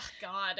God